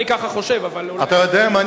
אני כך חושב, אבל אולי, אתה יודע מה?